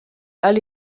alle